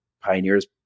Pioneer's